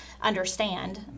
understand